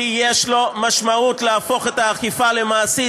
כי יש לו משמעות להפוך האכיפה למעשית,